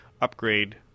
upgrade